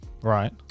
right